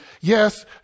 yes